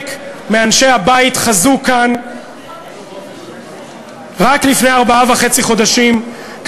מאנשי הבית חזו כאן רק לפני ארבעה חודשים וחצי,